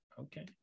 Okay